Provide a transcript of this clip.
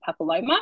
papilloma